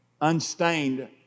unstained